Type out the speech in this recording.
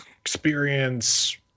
experience